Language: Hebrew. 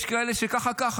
יש כאלה שככה-ככה.